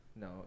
No